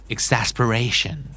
Exasperation